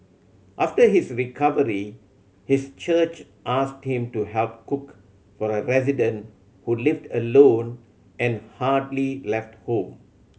after his recovery his church asked him to help cook for a resident who lived alone and hardly left home